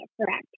correct